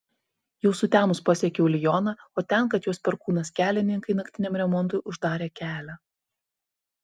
jau sutemus pasiekiau lioną o ten kad juos perkūnas kelininkai naktiniam remontui uždarė kelią